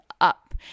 up